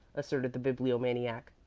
asserted the bibliomaniac.